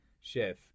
Chef